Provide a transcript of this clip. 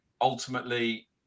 Ultimately